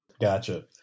Gotcha